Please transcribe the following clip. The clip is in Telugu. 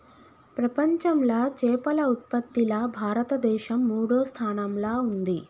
ప్రపంచంలా చేపల ఉత్పత్తిలా భారతదేశం మూడో స్థానంలా ఉంది